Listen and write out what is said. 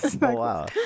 wow